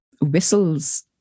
whistles